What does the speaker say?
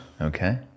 Okay